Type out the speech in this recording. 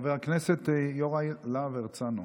חבר הכנסת יוראי להב הרצנו.